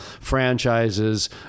franchises